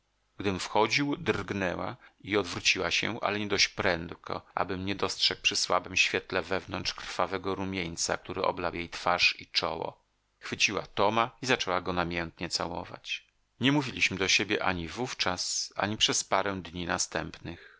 gdym wchodził drgnęła i odwróciła się ale nie dość prędko abym nie dostrzegł przy słabem świetle wewnątrz krwawego rumieńca który oblał jej twarz i czoło chwyciła toma i zaczęła go namiętnie całować nie mówiliśmy do siebie ani wówczas ani przez parę dni następnych